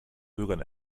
bürgern